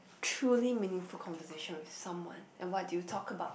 truly meaningful conversation with someone and what did you talk about